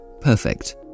perfect